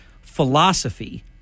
philosophy